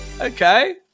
okay